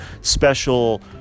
special